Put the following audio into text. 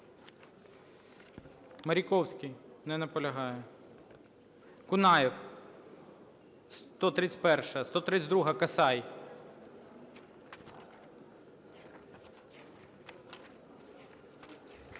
Маріковський? Не неполагяє. Кунаєв, 131-а. 132-а, Касай.